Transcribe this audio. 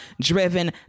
driven